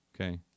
Okay